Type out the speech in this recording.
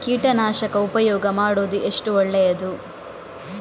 ಕೀಟನಾಶಕ ಉಪಯೋಗ ಮಾಡುವುದು ಎಷ್ಟು ಒಳ್ಳೆಯದು?